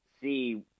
see